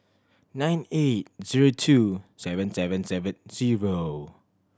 nine eight zero two seven seven seven zero